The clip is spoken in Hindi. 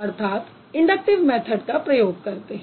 का प्रयोग करते हैं